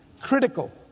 critical